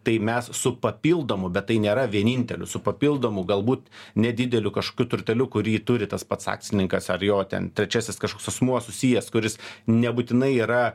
tai mes su papildomu bet tai nėra vieninteliu su papildomu galbūt nedideliu kašokiu turteliu kurį turi tas pats akcininkas ar jo ten trečiasis kažkoks asmuo susijęs kuris nebūtinai yra